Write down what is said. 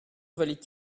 valait